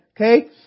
Okay